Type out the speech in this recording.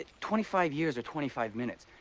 twenty five years or twenty five minutes.